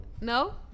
No